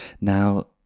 now